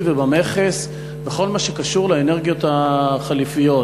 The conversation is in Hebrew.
ובמכס בכל מה שקשור לאנרגיות החלופיות,